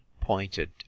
pointed